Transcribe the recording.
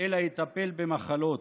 אלא יטפל במחלות.